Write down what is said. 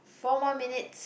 four more minutes